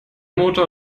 motor